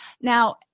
Now